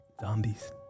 zombies